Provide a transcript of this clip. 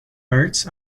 birds